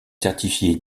certifié